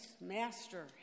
Master